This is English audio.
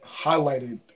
highlighted